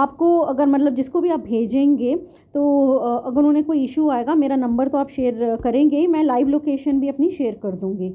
آپ کو اگر مطلب جس کو بھی آپ بھیجیں گے تو اگر انہیں کوئی ایشو آئے گا میرا نمبر تو آپ شیئر کریں گے میں لائیو لوکیشن بھی اپنی شیئر کر دوں گی